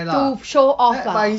to show off ah